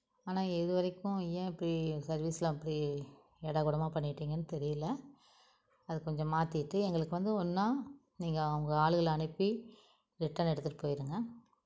ஆனால் இது வரைக்கும் ஏன் இப்படி சர்வீஸ்லாம் அப்படி ஏடாகூடமாக பண்ணிட்டிங்கன்னு தெரியலை அது கொஞ்சம் மாத்திகிட்டு எங்களுக்கு வந்து ஒன்றா நீங்கள் உங்கள் ஆளுகளை அனுப்பி ரிட்டன் எடுத்துகிட்டு போயிடுங்க